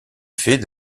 fait